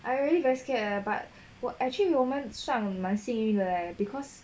I really very scared leh but we're actually 我们算蛮幸运的 leh because